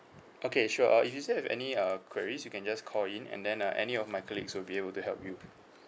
okay sure uh if you still have any uh queries you can just call in and then uh any of my colleagues will be able to help you